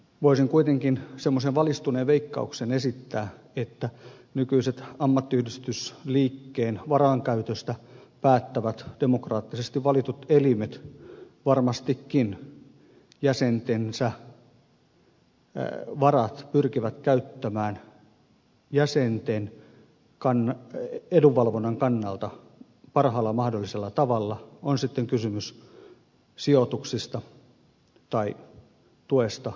voisin kuitenkin semmoisen valistuneen veikkauksen esittää että nykyiset ammattiyhdistysliikkeen varainkäytöstä päättävät demokraattisesti valitut elimet varmastikin jäsentensä varat pyrkivät käyttämään jäsenten edunvalvonnan kannalta parhaalla mahdollisella tavalla on sitten kysymys sijoituksista tai tuesta vaaleissa